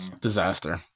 disaster